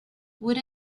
would